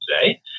today